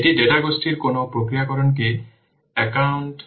এটি ডেটা গোষ্ঠীর কোন প্রক্রিয়াকরণকে একাউন্টে নেয় না ঠিক আছে